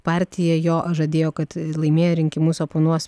partija jo žadėjo kad laimėję rinkimus oponuos